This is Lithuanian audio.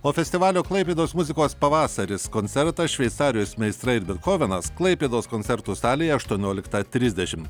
o festivalio klaipėdos muzikos pavasaris koncertas šveicarijos meistrai bethovenas klaipėdos koncertų salėje aštuonioliktą trisdešimt